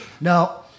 No